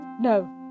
No